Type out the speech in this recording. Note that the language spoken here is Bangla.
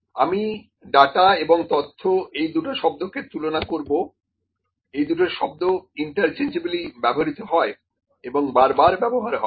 আমি ডাটা এবং তথ্য এই দুটো শব্দকে তুলনা করবো এই দুটো শব্দ ইন্টারচেঞ্জএবলি ব্যবহৃত হয় এবং বারবার ব্যবহার হয়